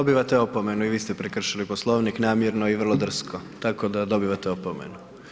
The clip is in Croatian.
Dobivate opomenu, i vi ste prekršili Poslovnik namjerno i vrlo drsko, tako da dobivate opomenu.